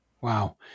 Wow